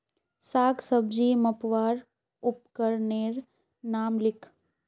साग सब्जी मपवार उपकरनेर नाम लिख?